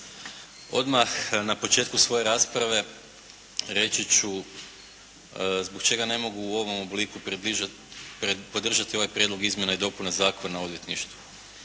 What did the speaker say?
Odmah na početku svoje rasprave reći ću zbog čega ne mogu u ovom obliku podržati ovaj Prijedlog izmjena i dopuna Zakona o odvjetništvu.